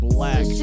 Black